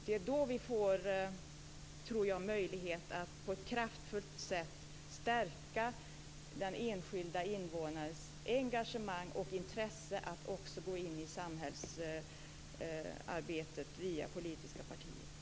Gör vi det får vi, tror jag, möjlighet att på ett kraftfullt sätt stärka den enskilda invånarens engagemang och intresse för att gå in i samhällsarbetet via politiska partier.